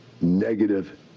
negative